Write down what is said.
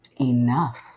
enough